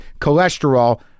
cholesterol